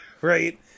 right